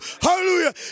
Hallelujah